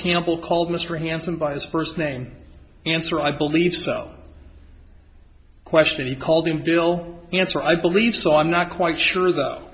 campbell called mr hanson by his first name answer i believe so question he called in bill answer i believe so i'm not quite sure